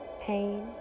pain